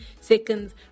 seconds